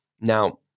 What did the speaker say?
now